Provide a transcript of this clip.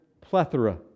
plethora